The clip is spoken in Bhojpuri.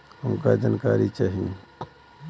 हमका जानकारी चाही?